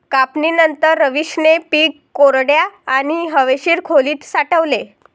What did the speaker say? कापणीनंतर, रवीशने पीक कोरड्या आणि हवेशीर खोलीत साठवले